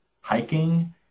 hiking